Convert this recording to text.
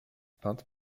peintes